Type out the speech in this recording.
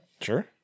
Sure